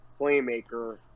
playmaker